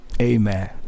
amen